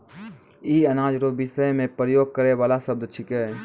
ई अनाज रो विषय मे प्रयोग करै वाला शब्द छिकै